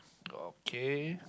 okay